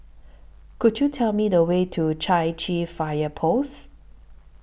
Could YOU Tell Me The Way to Chai Chee Fire Post